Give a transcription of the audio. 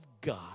God